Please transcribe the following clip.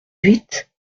huit